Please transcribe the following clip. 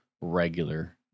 regular